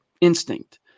instinct